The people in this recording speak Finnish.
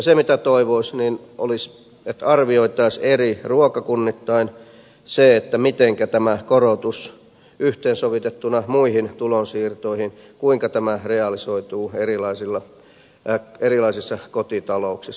se mitä toivoisi olisi että arvioitaisiin eri ruokakunnittain se kuinka tämä korotus yhteensovitettuna muihin tulonsiirtoihin realisoituu erilaisissa kotitalouksissa